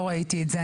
לא ראיתי את זה.